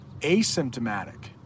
asymptomatic